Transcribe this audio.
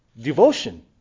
Devotion